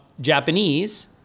Japanese